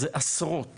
זה עשרות